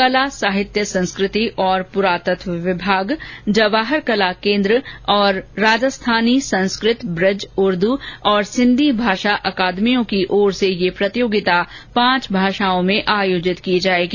कला साहित्य संस्कृति और पुरातत्व विभाग जवाहर कला केन्द्र और राजस्थानी संस्कृत ब्रज उर्दू और सिंधी भाषा अकादमी की ओर से ये प्रतियोगिता पांच भाषाओं में आयोजित की जाएगी